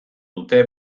dute